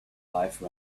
life